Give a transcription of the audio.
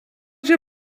cię